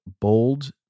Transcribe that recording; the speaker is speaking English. bold